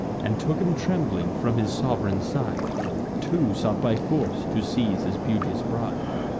and took him trembling from his sov'reign's side two sought by force to seize his beauteous bride.